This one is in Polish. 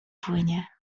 płynie